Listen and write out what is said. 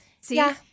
See